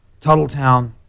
Tuttletown